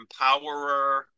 empowerer